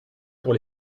pour